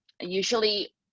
usually